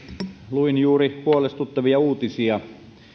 luin juuri huolestuttavia uutisia